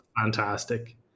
fantastic